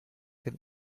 den